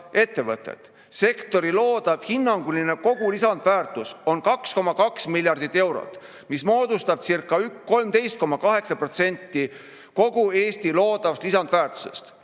ettevõtet. Sektori loodav hinnanguline kogulisandväärtus on 2,2 miljardit eurot, mis moodustabcirca13,8% kogu Eesti loodavast lisandväärtusest.